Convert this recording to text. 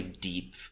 deep